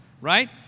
right